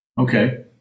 Okay